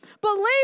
Believe